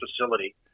facility